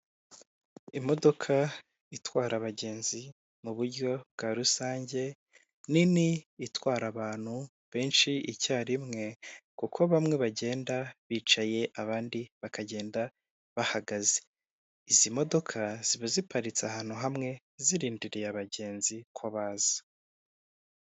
Imodoka itwara abagenzi mu buryo bwa rusange nini itwara abantu benshi icyarimwe kuko bamwe bagenda bicaye abandi bakagenda bahagaze, izi modoka ziba ziparitse ahantu hamwe zirindiriye abagenzi ko baza.